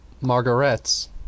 Margarets